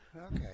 Okay